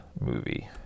movie